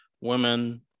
women